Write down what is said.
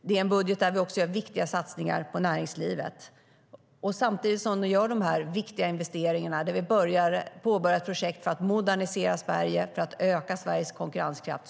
Det är en budget där vi också gör viktiga satsningar på näringslivet. Samtidigt som vi gör dessa viktiga investeringar påbörjar vi projekt för att modernisera Sverige, för att öka Sveriges konkurrenskraft.